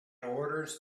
orders